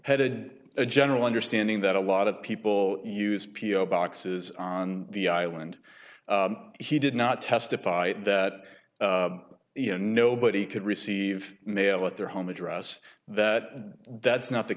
headed a general understanding that a lot of people use p o boxes on the island he did not testify that you know nobody could receive mail at their home address that that's not the